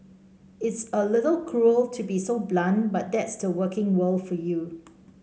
it's a little cruel to be so blunt but that's the working world for you